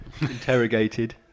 interrogated